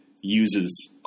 uses